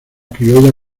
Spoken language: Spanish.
criolla